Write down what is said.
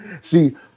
See